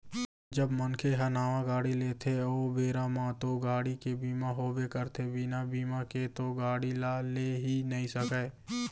जब मनखे ह नावा गाड़ी लेथे ओ बेरा म तो गाड़ी के बीमा होबे करथे बिना बीमा के तो गाड़ी ल ले ही नइ सकय